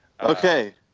Okay